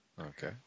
Okay